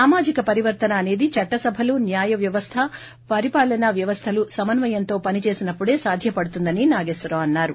సామాజిక పరివర్తన అనేది చట్టసభలు న్యాయవ్యవస్ట పరిపాలనా వ్యవస్థలు సమన్వయంతో పని చేసినప్పుడే సాధ్యపడుతుందని నాగేశ్వరరావు అన్నారు